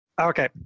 Okay